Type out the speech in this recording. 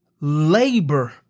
labor